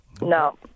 No